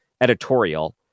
editorial